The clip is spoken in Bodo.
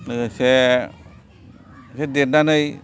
लोगोसे एसे देरनानै